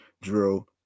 Drill